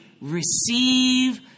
receive